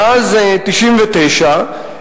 מאז 1999,